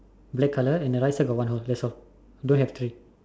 black color and the right side got one hole that's all don't have three